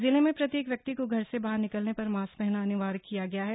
जिले में प्रत्येक व्यक्ति को घर से बाहर निकलने पर मास्क पहनना अनिवार्य किया गया है